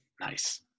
Nice